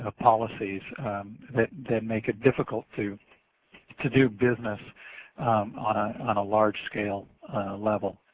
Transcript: ah policies that make it difficult to to do business on ah on a large scale level.